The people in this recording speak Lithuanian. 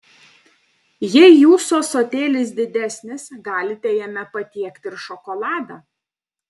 jei jūsų ąsotėlis didesnis galite jame patiekti ir šokoladą